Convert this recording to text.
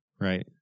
Right